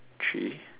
three